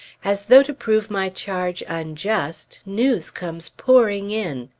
as though to prove my charge unjust, news comes pouring in.